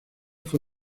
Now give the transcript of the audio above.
fue